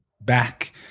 back